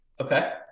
Okay